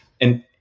And-